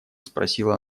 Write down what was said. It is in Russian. спросила